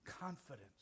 confidence